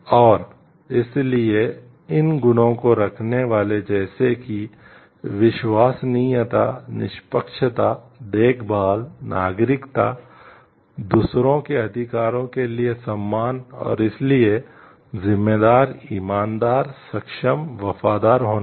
और इसलिए इन गुणों को रखने वाले जैसे कि विश्वसनीयता निष्पक्षता देखभाल नागरिकता दूसरों के अधिकारों के लिए सम्मान और इसलिए जिम्मेदार ईमानदार सक्षम वफादार होना